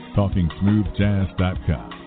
talkingsmoothjazz.com